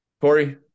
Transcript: Corey